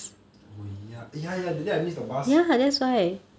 oh ya ya ya that day I miss the bus